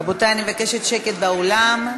רבותי, אני מבקשת שקט באולם.